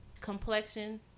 complexion